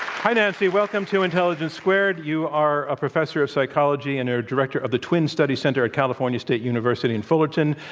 hi, nancy. welcome to intelligence squared. you are a professor of psychology and a director of the twin study center at california state university in fullerton.